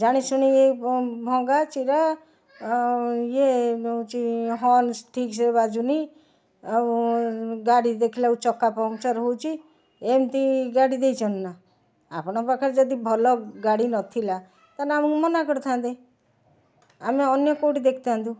ଜାଣିଶୁଣି ଭଙ୍ଗା ଚିରା ଇଏ ହେଉଛି ହର୍ନସ୍ ଠିକ୍ ସେ ବାଜୁନି ଆଉ ଗାଡ଼ି ଦେଖିଲାକୁ ଚକା ପମ୍ପଚର ହେଉଛି ଏମିତି ଗାଡ଼ି ଦେଇଛନ୍ତି ନା ଆପଣ ପାଖରେ ଯଦି ଭଲ ଗାଡ଼ି ନଥିଲା ତାହାଲେ ଆମକୁ ମନା କରିଥାନ୍ତେ ଆମେ ଅନ୍ୟ କେଉଁଠି ଦେଖିଥାନ୍ତୁ